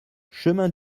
chemin